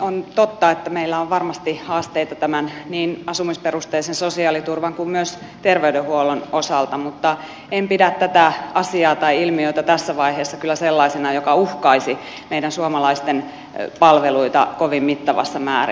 on totta että meillä on varmasti haasteita niin asumisperusteisen sosiaaliturvan kuin myös terveydenhuollon osalta mutta en pidä tätä asiaa tai ilmiötä tässä vaiheessa kyllä sellaisena joka uhkaisi meidän suomalaisten palveluita kovin mittavassa määrin